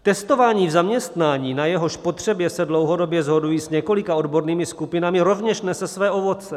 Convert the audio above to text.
Testování v zaměstnání, na jehož potřebě se dlouhodobě shoduji s několika odbornými skupinami, rovněž nese své ovoce.